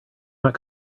not